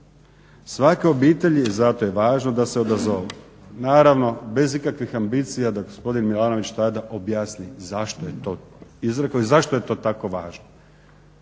svake obitelji i zato je važno da se odazovemo". Naravno bez ikakvih ambicija da gospodin Milanović tada objasni zašto je to izrekao i zašto je to tako važno.